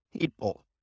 people